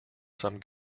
some